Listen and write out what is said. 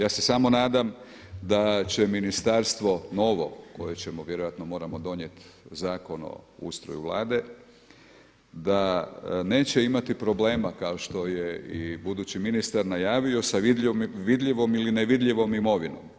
Ja se samo nadam da će ministarstvo novo koje ćemo vjerojatno moramo donijeti Zakon o ustroju Vlade, da neće imati problema kao što je i budući ministar najavio sa vidljivom ili nevidljivom imovinom.